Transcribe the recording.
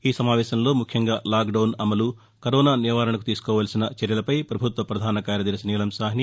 ఈసమావేశంలో ముఖ్యంగా లాక్డౌన్ అమలు కరోనా నివారణకు తీసుకోవాల్సిన చర్యలపై ప్రభుత్వ ప్రధాన కార్యదర్భి నీలం సాహ్ని